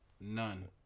None